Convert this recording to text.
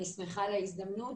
אני שמחה על ההזדמנות.